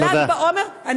ל"ג בעומר, תודה.